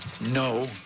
No